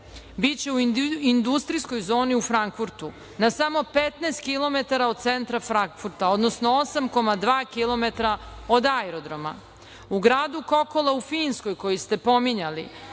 biće u industrijskoj zoni u Frankfurtu, na samo 15 km od centra Frankfurta, odnosno 8,2 km od aerodroma.U gradu Kokola u Finskoj koji ste pominjali